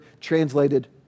translated